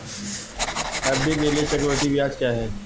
FD के लिए चक्रवृद्धि ब्याज क्या है?